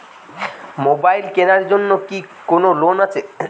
Mobile কেনার জন্য কি কোন লোন আছে?